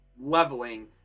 leveling